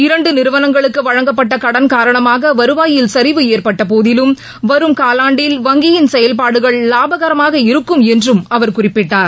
இரண்டு நிறுவனங்களுக்கு வழங்கப்பட்ட கடன் காரணமாக வருவாயில் சரிவு ஏற்பட்ட போதிலும் வரும் காலாண்டில் வங்கியின் செயல்பாடுகள் லாபகரமாக இருக்கும் என்றும் அவர் குறிப்பிட்டார்